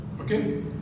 Okay